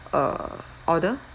uh order